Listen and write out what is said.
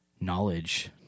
knowledge